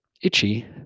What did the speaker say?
itchy